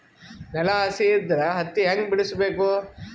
ನೆಲ ಹಸಿ ಇದ್ರ ಹತ್ತಿ ಹ್ಯಾಂಗ ಬಿಡಿಸಬೇಕು?